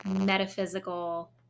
metaphysical